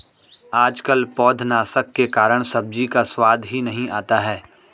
आजकल पौधनाशक के कारण सब्जी का स्वाद ही नहीं आता है